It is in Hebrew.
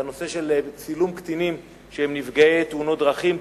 וזה הנושא של צילום קטינים נפגעי תאונות דרכים,